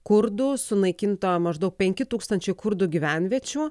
kurdų sunaikinta maždaug penki tūkstančiai kurdų gyvenviečių